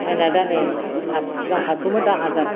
फाइनआ दा नै सिगां फास्स'मोन दा हाजार